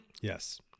Yes